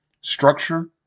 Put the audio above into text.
Structure